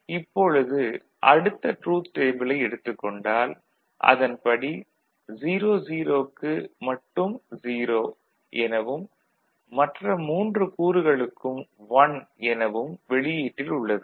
இப்பொழுது அடுத்த ட்ரூத் டேபிளை எடுத்துக் கொண்டால் அதன்படி 00 க்கு மட்டும் 0 எனவும் மற்ற மூன்று கூறுகளுக்கும் 1 எனவும் வெளியீட்டில் உள்ளது